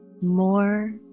more